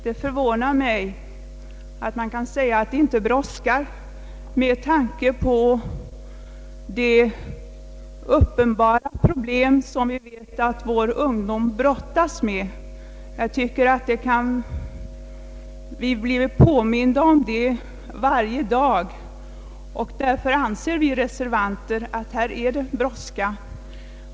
Det förvånar mig att man kan säga att det inte brådskar med tanke på de uppenbara problem som vi vet att vår ungdom brottas med. Jag tycker att vi har blivit påminda om detta varje dag, och vi reservanter anser därför att det här föreligger brådska.